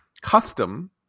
custom